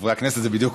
חברי הכנסת, זו בדיוק